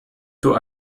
two